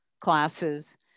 classes